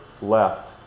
left